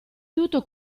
tutto